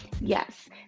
yes